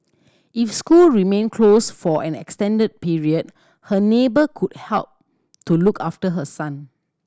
if school remain close for an extended period her neighbour could help to look after her son